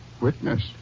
Witness